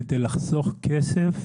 כדי לחסוך כסף